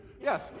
Yes